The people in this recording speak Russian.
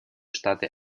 штаты